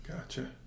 Gotcha